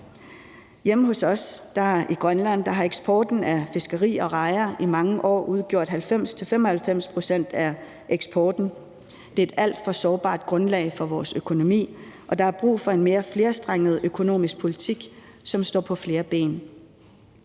Hjemme hos os i Grønland har eksporten af fisk og rejer i mange år udgjort 90-95 pct. af eksporten. Det er et alt for sårbart grundlag for vores økonomi, og der er brug for en mere flerstrenget økonomisk politik, som står på flere ben.